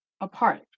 apart